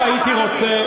לא הייתי רוצה,